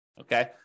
okay